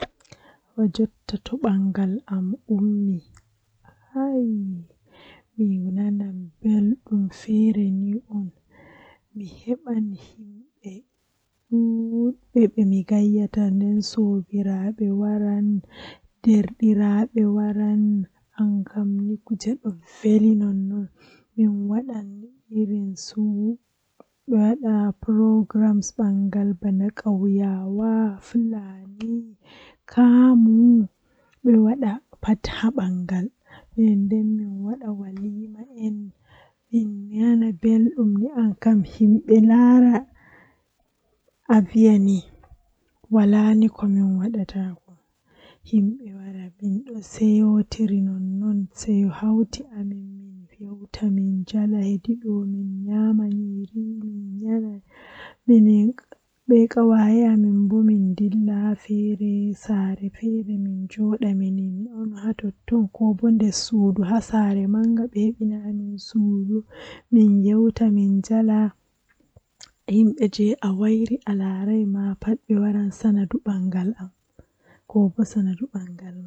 Ndikkinami mi nodda goddo mi wolda e maako dow mi yerba patakewol, Ngam tomi yerbi patakewol do mi wala tabitinaare dow o laari malla o laarai malla o naftiran malla o naftirta be mai, Amma tomin woldi e maako mi yecca mo haaje am mi nana haaje maako min dara min darna haala gotel ha dow komin yidi